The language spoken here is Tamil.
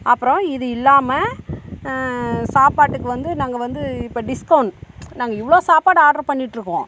அப்புறோம் இது இல்லாமல் சாப்பாட்டுக்கு வந்து நாங்கள் வந்து இப்போ டிஸ்கௌண்ட் நாங்கள் இவ்வளோ சாப்பாடு ஆட்ரு பண்ணிட்டுருக்கோம்